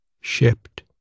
shipped